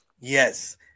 Yes